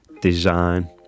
design